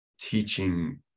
teaching